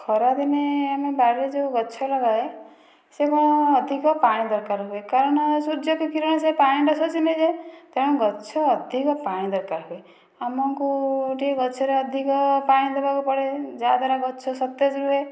ଖରା ଦିନେ ଆମେ ବାଡ଼ିରେ ଯେଉଁ ଗଛ ଲଗାଏ ସେ କ'ଣ ଅଧିକ ପାଣି ଦରକାର ହୁଏ କାରଣ ସୂର୍ଯ୍ୟଙ୍କ କିରଣ ସେ ପାଣିଟା ଶୋଷି ନେଇଯାଏ ତେଣୁ ଗଛ ଅଧିକ ପାଣି ଦରକାର ହୁଏ ଆମକୁ ଟିକିଏ ଗଛରେ ଅଧିକ ପାଣି ଦେବାକୁ ପଡ଼େ ଯାହା ଦ୍ଵାରା ଗଛ ସତେଜ ରୁହେ